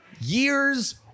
years